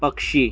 पक्षी